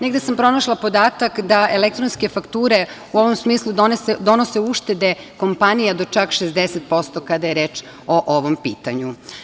Negde sam pronašla podatak da elektronske fakture u ovom smislu donose uštede kompanija do čak 60% kada je reč o ovom pitanju.